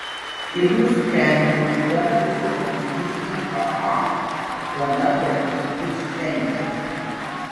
ir nusprendžiau gana visokių chi chi cha cha gana darkytis šventėse